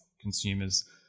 consumers